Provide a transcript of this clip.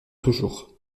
toujours